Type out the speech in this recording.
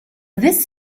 this